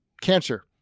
cancer